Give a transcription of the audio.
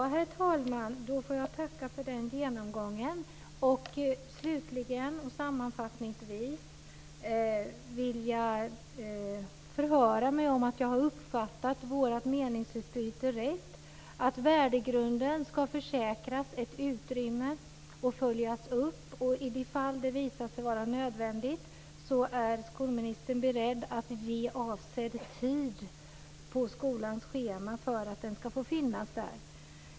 Herr talman! Då får jag tacka för den genomgången. Slutligen och sammanfattningsvis vill jag förhöra mig om att jag har uppfattat vårt meningsutbyte rätt: Värdegrunden ska alltså försäkras ett utrymme och följas upp, och i de fall det visar sig vara nödvändigt är skolministern beredd att ge avsedd tid på skolans schema för att den ska få finnas där.